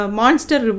monster